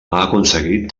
aconseguit